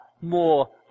more